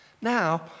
Now